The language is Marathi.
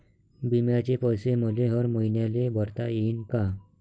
बिम्याचे पैसे मले हर मईन्याले भरता येईन का?